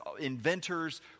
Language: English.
inventors